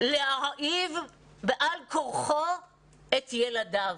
להרעיב בעל כורחו את ילדיו.